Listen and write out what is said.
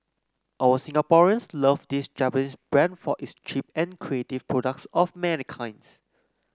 our Singaporeans love this Japanese brand for its cheap and creative products of many kinds